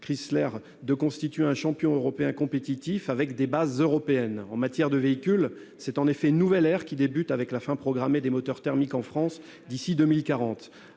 et à FCA de constituer un champion européen compétitif, avec des bases européennes. En matière de véhicules, c'est une nouvelle ère qui commence, avec la fin programmée des moteurs thermiques en France d'ici à 2040.